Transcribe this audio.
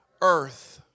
earth